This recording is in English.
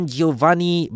Giovanni